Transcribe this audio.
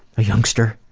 a youngster.